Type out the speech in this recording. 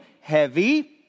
heavy